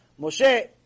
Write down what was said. Moshe